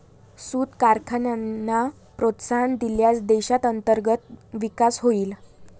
सूत कारखान्यांना प्रोत्साहन दिल्यास देशात अंतर्गत विकास होईल